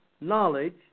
knowledge